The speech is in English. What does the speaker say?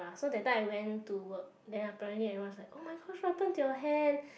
uh so that time I went to work then apparently everyone is like oh-my-gosh what happened to your hand